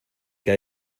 que